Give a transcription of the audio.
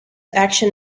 action